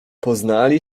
poznali